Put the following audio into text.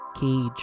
cage